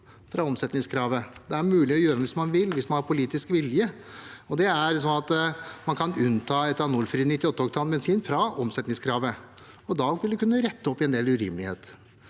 fra omsetningskravet. Det er mulig å gjøre noe hvis man vil, hvis man har politisk vilje. Det er sånn at man kan unnta etanolfri 98 oktan-bensin fra omsetningskravet, og da ville man kunne rette opp i en del urimeligheter.